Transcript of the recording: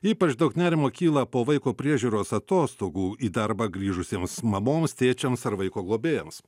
ypač daug nerimo kyla po vaiko priežiūros atostogų į darbą grįžusiems mamoms tėčiams ar vaiko globėjams